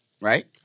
right